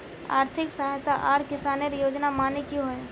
आर्थिक सहायता आर किसानेर योजना माने की होय?